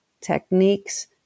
techniques